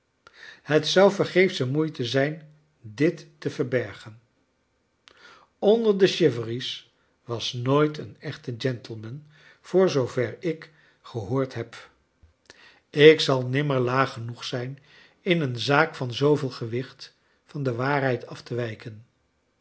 het zou vergeefsche moeite zijn dit te verbergen on der de chive ry's was nooit een echte gentleman voor zoover ik gehoord h b kleine dorrit ik zal nimmer laag genoeg zijn in een zaak van zooveel gewicht van de waarheid af te wijken